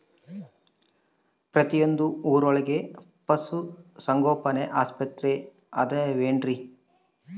ಪ್ರತಿಯೊಂದು ಊರೊಳಗೆ ಪಶುಸಂಗೋಪನೆ ಆಸ್ಪತ್ರೆ ಅದವೇನ್ರಿ?